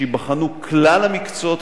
שייבחנו כלל המקצועות,